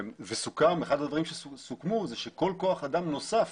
אחד הדברים שסוכמו זה שכול כוח אדם נוסף